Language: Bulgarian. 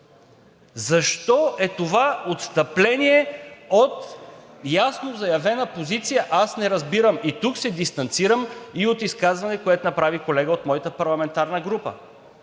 Защо е това отстъпление от ясно заявена позиция – аз не разбирам? И тук се дистанцирам и от изказването, което направи колега от моята парламентарна група.